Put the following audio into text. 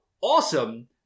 awesome